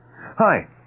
Hi